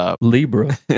Libra